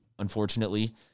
unfortunately